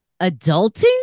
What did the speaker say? adulting